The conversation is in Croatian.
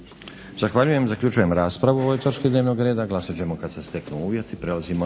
Zahvaljujem. Zaključujem raspravu o ovoj točki dnevnog reda. Glasat ćemo kad se steknu uvjeti.